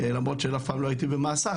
למרות שאף פעם לא הייתי במאסר,